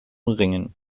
ringen